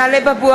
טלב אבו